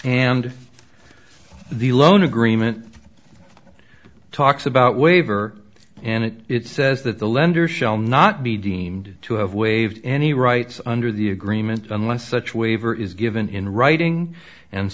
and the loan agreement talks about waiver and it it says that the lender shall not be deemed to have waived any rights under the agreement unless such waiver is given in writing and